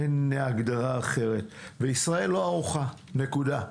אין הגדרה אחרת, וישראל לא ערוכה, נקודה.